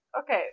Okay